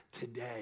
today